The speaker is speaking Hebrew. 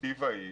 הדירקטיבה היא